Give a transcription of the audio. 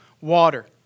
water